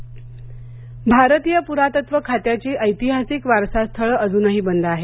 पुरातत्व भारतीय पुरातत्व खात्याची ऐतिहासिक वारसास्थळे अजूनही बंद आहेत